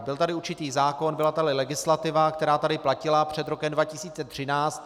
Byl tady určitý zákon, byla tady legislativa, která tady platila před rokem 2013.